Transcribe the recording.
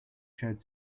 showed